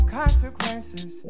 consequences